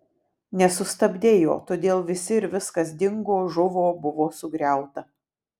nesustabdei jo todėl visi ir viskas dingo žuvo buvo sugriauta